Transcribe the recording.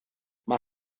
mae